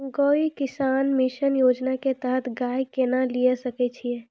गव्य विकास मिसन योजना के तहत गाय केना लिये सकय छियै?